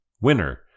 winner